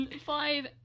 Five